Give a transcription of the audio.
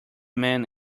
man